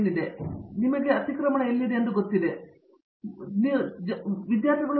ಆದ್ದರಿಂದ ನಿಮಗೆ ಅತಿಕ್ರಮಣ ಗೊತ್ತಿದೆ ಎಂದು ನೀವು ಎಲ್ಲಿ ನೋಡುತ್ತೀರಿ